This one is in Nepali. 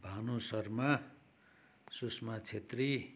भानु शर्मा सुष्मा छेत्री